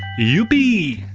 youppi!